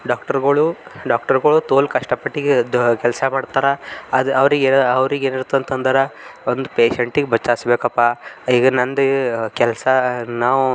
ಡಾಕ್ಟ್ರ್ಗಳು ಡಾಕ್ಟರ್ಗಳು ತೋಲ್ ಕಷ್ಟಪಟ್ಟು ಇದು ಕೆಲಸ ಮಾಡ್ತಾರೆ ಅದು ಅವರಿಗೆ ಅವ್ರಿಗೆ ಏನು ಇರುತ್ತೆಂದರೆ ಒಂದು ಪೇಶೆಂಟಿಗೆ ಬಚಾಯಿಸ್ಬೇಕಪ್ಪ ಈಗ ನನ್ನದು ಕೆಲಸ ನಾವು